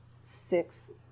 six